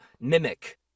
mimic